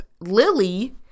Lily